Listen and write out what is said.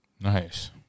Nice